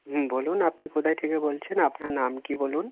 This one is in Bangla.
হুম বলুন আপনি কোথা থেকে বলছেন আপনার নাম কী বলুন